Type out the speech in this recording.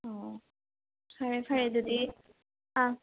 ꯑꯣ ꯑꯣ ꯐꯔꯦ ꯐꯔꯦ ꯑꯗꯨꯗꯤ ꯑꯥ